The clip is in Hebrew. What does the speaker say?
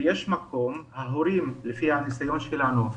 ההורים, לפי הניסיון שלנו,